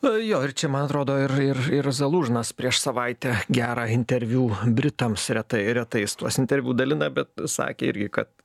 nu jo ir čia mantrodo ir ir ir zalūžnas prieš savaitę gerą interviu britams retai retai jis tuos interviu dalina bet sakė irgi kad